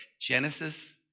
Genesis